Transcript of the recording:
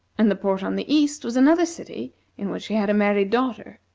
and the port on the east was another city in which he had a married daughter.